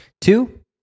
Two